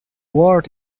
word